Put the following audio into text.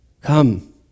come